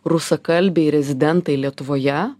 rusakalbiai rezidentai lietuvoje